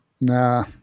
Nah